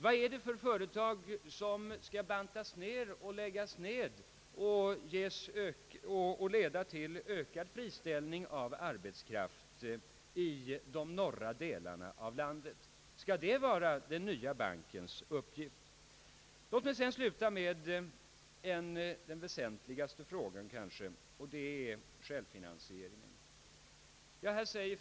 Vilka företag skall bantas ned och läggas ned, så att det blir ökad friställning av arbetskraft i landets norra delar? Skall detta vara den nya bankens uppgift? Låt mig sedan sluta med den kanske väsentligaste frågan, nämligen självfinansieringen.